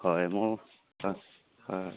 হয় মোক হয় হয়